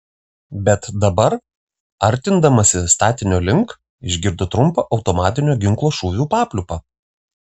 bet dabar artindamasi statinio link išgirdo trumpą automatinio ginklo šūvių papliūpą